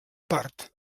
part